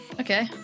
okay